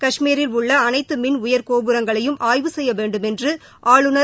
கஷ்மீரில் உள்ளஅனைத்தமின் உயர் கோபுரங்களையும் ஆய்வு செய்யவேண்டுமென்றுஆளுநர்